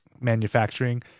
manufacturing